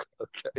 okay